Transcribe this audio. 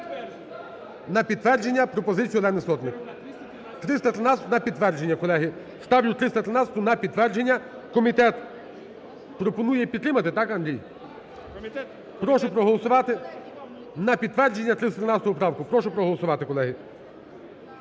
На підтвердження пропозицію Олени Сотник, 313-у на підтвердження, колеги, ставлю 313-у на підтвердження. Комітет пропонує підтримати, так, Андрій? Прошу проголосувати на підтвердження 313 поправку. Прошу проголосувати, колеги.